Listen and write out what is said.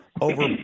over